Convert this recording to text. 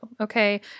Okay